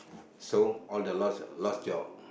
so all the lost lost job